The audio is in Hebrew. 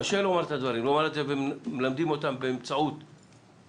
קשה לומר את הדברים מלמדים אותם באמצעות מבטים,